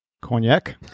Cognac